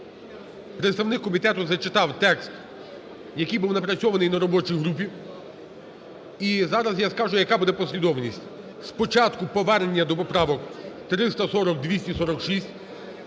представник комітету зачитав текст, який був напрацьований на робочій групі. І зараз я скажу, яка буде послідовність. Спочатку – повернення до поправок 340, 246.